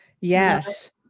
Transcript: yes